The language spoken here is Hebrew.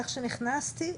איך שנכנסתי,